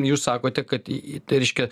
jūs sakote kad į į tai reiškia